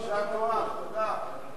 והיא עוברת או חוזרת לדיון בוועדת החוקה,